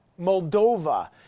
Moldova